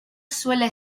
suele